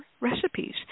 Recipes